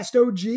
OG